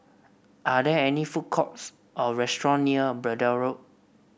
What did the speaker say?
are there food courts or restaurants near Braddell Road